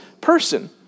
person